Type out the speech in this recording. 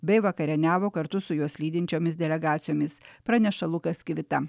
bei vakarieniavo kartu su juos lydinčiomis delegacijomis praneša lukas kivita